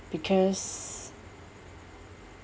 because